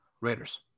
Raiders